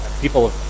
People